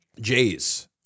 Jays